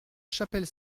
chapelle